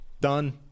Done